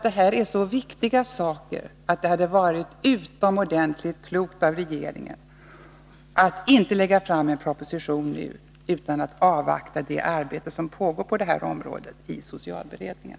Det här är så viktiga saker att det hade varit utomordentligt klokt av regeringen att inte lägga fram en proposition nu utan avvakta det arbete som pågår i socialberedningen.